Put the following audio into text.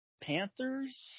Panthers